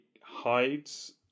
hides